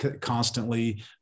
constantly